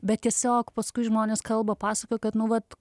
bet tiesiog paskui žmonės kalba pasakoja kad nu vat